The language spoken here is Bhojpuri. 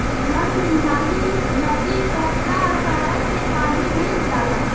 नल नाली, नदी, पोखरा सारा से पानी मिल जाला